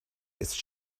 ist